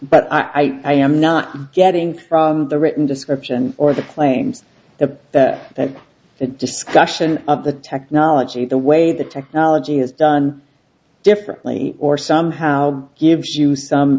but i am not getting from the written description or the claims of the discussion of the technology the way the technology has done differently or somehow gives you some